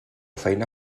feina